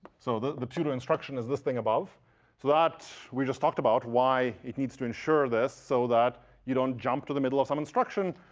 so the the two two instruction is this thing above. so that, we just talked about, why it needs to ensure this, so that you don't jump to the middle of some instruction,